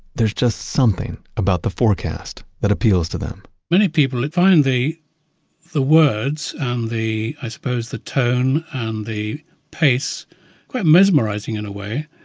there's just something about the forecast that appeals to them many people find the the words and the, i suppose the tone, and the pace quite mesmerising in a way.